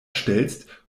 stellst